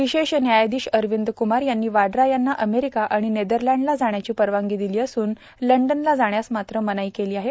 विशेश न्यायाधीश अरविंद कूमार यांनी वाड्रा यांना अमेरिका आणि नेदलँडला जाण्याची परवानगी दिली असून लंडनला जाण्यास मात्र मनाई केली आहे